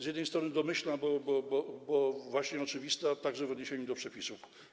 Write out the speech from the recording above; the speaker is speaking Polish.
Z jednej strony domyślna, bo właśnie oczywista także w odniesieniu do przepisów.